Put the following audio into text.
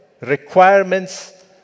requirements